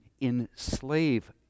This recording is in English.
enslave